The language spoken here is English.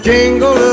Jingle